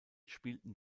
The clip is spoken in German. spielten